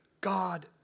God